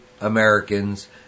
Americans